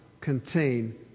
contain